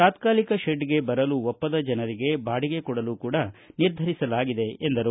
ತಾತಾಲಿಕ ಶೆಡ್ಗೆ ಬರಲು ಒಪ್ಪದ ಜನರಿಗೆ ಬಾಡಿಗೆ ಕೊಡಲು ಕೂಡ ನಿರ್ಧರಿಸಲಾಗಿದೆ ಎಂದರು